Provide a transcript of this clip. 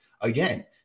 again